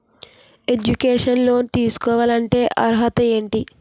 Educational loan తీసుకోవాలంటే అర్హత ఏంటి?